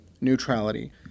Neutrality